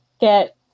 get